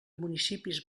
municipis